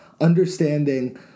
understanding